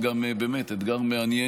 גם באמת אתגר מעניין,